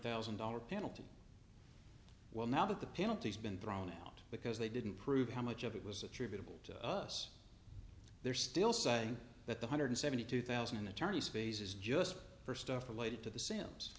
thousand dollars penalty will now that the penalties been thrown out because they didn't prove how much of it was attributable to us they're still saying that the hundred seventy two thousand attorneys faces just for stuff related to the sims